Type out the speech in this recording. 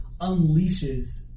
unleashes